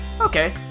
Okay